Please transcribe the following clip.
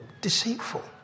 deceitful